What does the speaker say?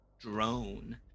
drone